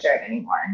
anymore